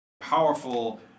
powerful